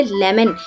lemon